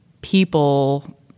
people